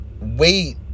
Wait